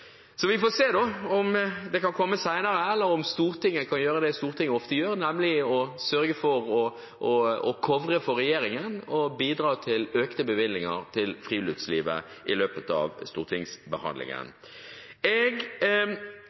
Vi får se om det kan komme senere, eller om Stortinget kan gjøre det Stortinget ofte gjør, nemlig å sørge for å «covre» for regjeringen og bidra til økte bevilgninger til friluftslivet i løpet av stortingsbehandlingen. Jeg